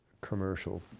commercial